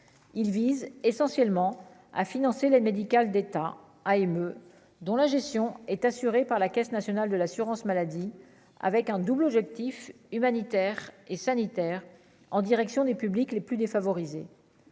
il vise essentiellement à financer l'aide médicale d'État AME dont la gestion est assurée par la Caisse nationale de l'assurance maladie avec un double objectif humanitaire et sanitaire en direction des publics les plus défavorisés,